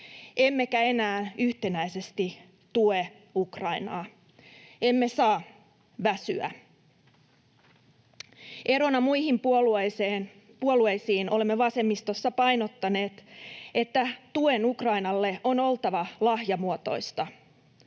emmekä enää yhtenäisesti tue Ukrainaa. Emme saa väsyä. Erona muihin puolueisiin olemme vasemmistossa painottaneet, että tuen Ukrainalle on oltava lahjamuotoista.